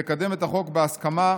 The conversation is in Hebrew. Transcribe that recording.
נקדם את החוק בהסכמה,